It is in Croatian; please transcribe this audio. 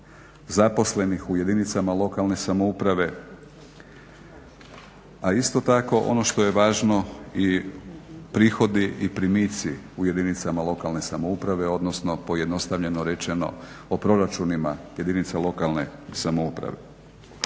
zaposlenih u jedinicama lokalne samouprave a isto tako ono što je važno i prihodi i primici u jedinicama lokalne samouprave odnosno pojednostavljeno rečeno o proračunima jedinica lokalne samouprave.